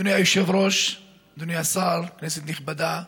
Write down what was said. אדוני היושב-ראש, אדוני השר, כנסת נכבדה,